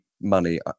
money